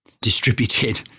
distributed